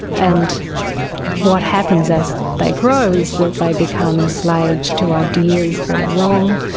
and what happens as they grow, is that they become and slaves to ideas that are wrong,